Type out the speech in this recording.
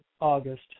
August